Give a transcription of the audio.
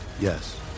Yes